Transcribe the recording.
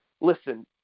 Listen